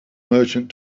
merchant